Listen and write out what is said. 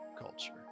Culture